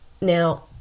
Now